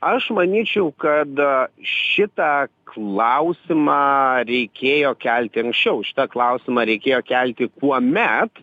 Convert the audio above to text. aš manyčiau kad šitą klausimą reikėjo kelti anksčiau šitą klausimą reikėjo kelti kuomet